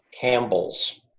Campbell's